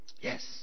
Yes